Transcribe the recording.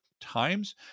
times